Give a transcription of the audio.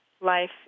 life